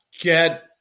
get